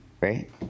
Right